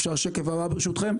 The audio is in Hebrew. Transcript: אפשר את השקף הבא, ברשותכם?